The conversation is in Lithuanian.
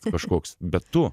kažkoks bet tu